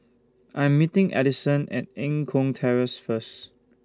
I Am meeting Adyson At Eng Kong Terrace First